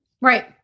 Right